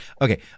Okay